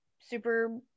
super